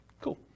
cool